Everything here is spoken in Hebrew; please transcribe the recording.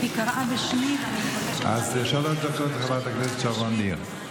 שלוש דקות לחברת הכנסת שרון ניר.